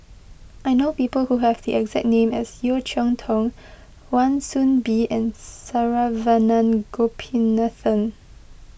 I know people who have the exact name as Yeo Cheow Tong Wan Soon Bee and Saravanan Gopinathan